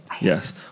Yes